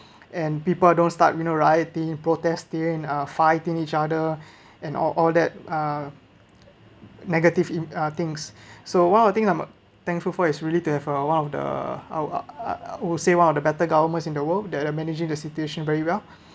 and people don't start you know rioting protesting uh fighting each other and all all that uh negative im~ uh things so one of the things I'm thankful for is really there a one of the I I would say one of the better governments in the world that they managing the situation very well